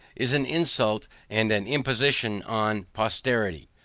is an insult and an imposition on posterity.